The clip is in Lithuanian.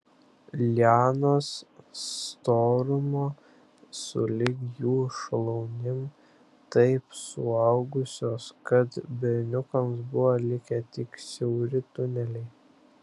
lianos storumo sulig jų šlaunim taip suaugusios kad berniukams buvo likę tik siauri tuneliai